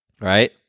right